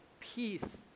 peace